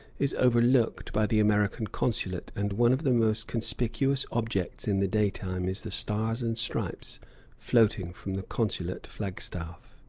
is overlooked by the american consulate, and one of the most conspicuous objects in the daytime is the stars and stripes floating from the consulate flag-staff.